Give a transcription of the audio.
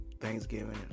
Thanksgiving